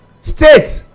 state